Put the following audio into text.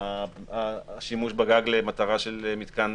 והשימוש בגג למטרה של מתקן